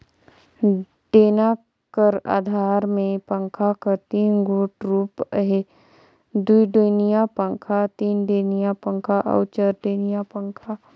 डेना कर अधार मे पंखा कर तीन गोट रूप अहे दुईडेनिया पखा, तीनडेनिया पखा अउ चरडेनिया पखा